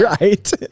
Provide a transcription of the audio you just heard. right